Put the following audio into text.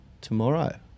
tomorrow